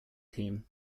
team